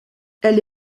elle